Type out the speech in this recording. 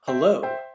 Hello